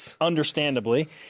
understandably